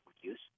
use